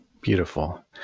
beautiful